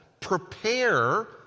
prepare